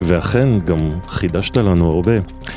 ואכן, גם חידשת לנו הרבה.